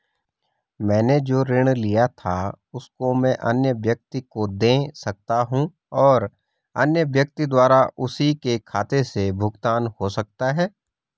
मैंने जो ऋण लिया था उसको मैं अन्य व्यक्ति को दें सकता हूँ और अन्य व्यक्ति द्वारा उसी के खाते से भुगतान हो सकता है?